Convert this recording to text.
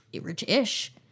rich-ish